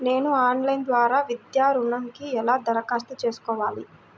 నేను ఆన్లైన్ ద్వారా విద్యా ఋణంకి ఎలా దరఖాస్తు చేసుకోవాలి?